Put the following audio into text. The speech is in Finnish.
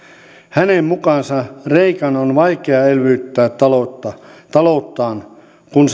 hänen mukaansa kreikan on vaikea elvyttää talouttaan kun